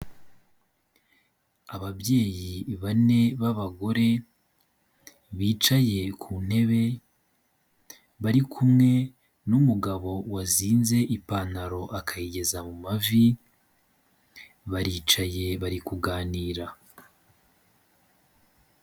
Ababyeyi bane b'abagore bicaye ku ntebe bari kumwe n'umugabo wazinze ipantaro akayigeza mu mavi, baricaye bari kuganira.